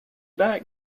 back